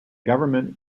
government